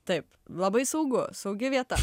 taip labai saugu saugi vieta